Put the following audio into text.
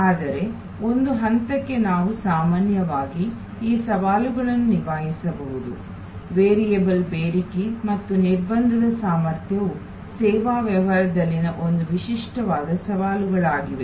ಆದರೆ ಒಂದು ಹಂತಕ್ಕೆ ನಾವು ಸಾಮಾನ್ಯವಾಗಿ ಈ ಸವಾಲುಗಳನ್ನು ನಿಭಾಯಿಸಬಹುದು ವೇರಿಯಬಲ್ ಬೇಡಿಕೆ ಮತ್ತು ನಿರ್ಬಂಧದ ಸಾಮರ್ಥ್ಯವು ಸೇವಾ ವ್ಯವಹಾರದಲ್ಲಿನ ಒಂದು ವಿಶಿಷ್ಟವಾದ ಸವಾಲುಗಳಾಗಿವೆ